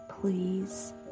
please